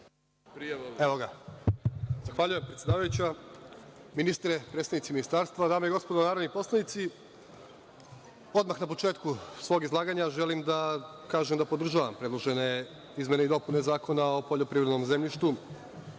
Zahvaljujem predsedavajuća, ministre, predstavnici Ministarstva, dame i gospodo narodni poslanici, odmah na početku svog izlaganja želim da kažem da podržavam predložene izmene i dopune Zakona o poljoprivrednom zemljištu,